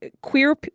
queer